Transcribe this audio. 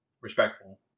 respectful